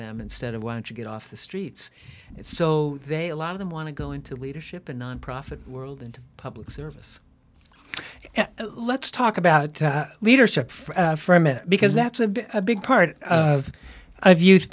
them instead of once you get off the streets it's so they a lot of them want to go into leadership in nonprofit world into public service let's talk about leadership from it because that's a big part of i have used